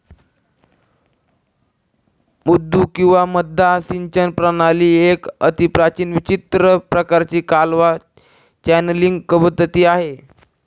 मुद्दू किंवा मद्दा सिंचन प्रणाली एक अतिप्राचीन विचित्र प्रकाराची कालवा चॅनलींग पद्धती आहे